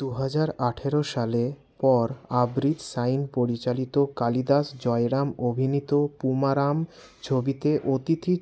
দুহাজার আঠেরো সালে পর আব্রিদ শাইন পরিচালিত কালীদাস জয়রাম অভিনীত পুমারাম ছবিতে অতিথি